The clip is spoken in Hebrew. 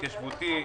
התיישבותי.